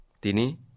tini